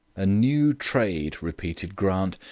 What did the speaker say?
a new trade, repeated grant,